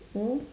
mm